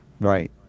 Right